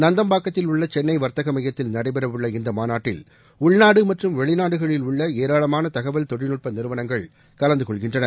நந்தம்பாக்கத்தில் உள்ள சென்னை வர்த்தக மையத்தில் நடைபெறவுள்ள இந்த மாநாட்டில் உள்நாடு மற்றும் வெளிநாடுகளில் உள்ள ஏராளமான தகவல் தொழில்நுட்ப நிறுனங்கள் கலந்து கொள்கின்றன